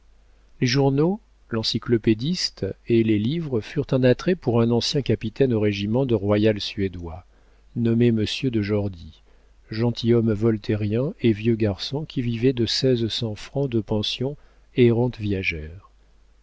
les journaux l'encyclopédiste et les livres furent un attrait pour un ancien capitaine au régiment de royal suédois nommé monsieur de jordy gentilhomme voltairien et vieux garçon qui vivait de seize cents francs de pension et